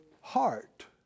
heart